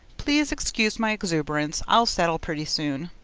please excuse my exuberance i'll settle pretty soon.